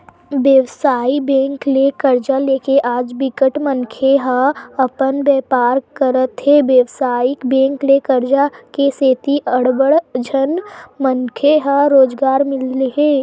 बेवसायिक बेंक ले करजा लेके आज बिकट मनखे ह अपन बेपार करत हे बेवसायिक बेंक के करजा के सेती अड़बड़ झन मनखे ल रोजगार मिले हे